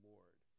Lord